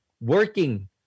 working